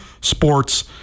sports